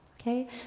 Okay